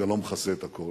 זה לא מכסה את הכול,